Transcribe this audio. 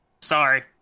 sorry